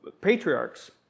patriarchs